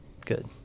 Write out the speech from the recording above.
Good